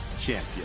champion